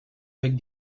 big